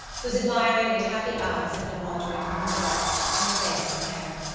whose admiring and happy eyes had been wandering from her dress to her face and hair.